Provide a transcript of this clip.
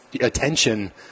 attention